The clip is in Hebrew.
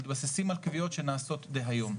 מתבססים על קביעות שנעשות דהיום.